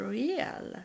real